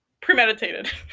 Premeditated